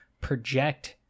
project